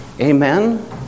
Amen